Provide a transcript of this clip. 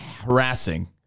harassing